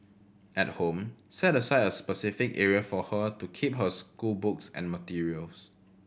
at home set aside a specific area for her to keep her schoolbooks and materials